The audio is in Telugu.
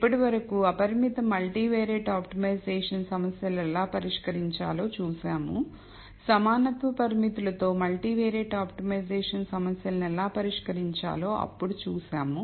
ఇప్పటి వరకు అపరిమిత మల్టీవియారిట్ ఆప్టిమైజేషన్ సమస్యలు ఎలా పరిష్కరించాలో చూశాము సమానత్వ పరిమితులతో మల్టీ వియారిట్ ఆప్టిమైజేషన్ సమస్యలను ఎలా పరిష్కరించాలో అప్పుడు చూశాము